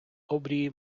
обрії